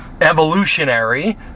evolutionary